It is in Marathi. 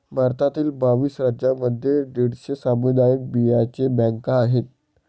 भारतातील बावीस राज्यांमध्ये दीडशे सामुदायिक बियांचे बँका आहेत